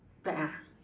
black ah